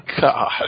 God